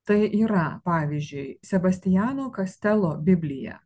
tai yra pavyzdžiui sebastiano kastelo biblija